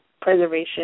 preservation